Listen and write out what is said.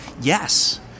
Yes